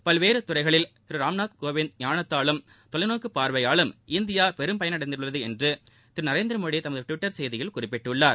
பல்வேறு துறைகளில் திரு ராம்நாத் கோவிந்தின் ஞானத்தாலும் தொலைநோக்கு பார்வையாலும் இந்தியா பெரும்பயனை அடைந்துள்ளது என்று திரு நரேந்திரமோடி தமது டுவிட்டர் செய்தியில் குறிப்பிட்டுள்ளார்